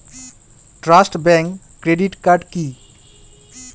Trust bank credit card কি?